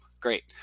great